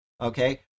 okay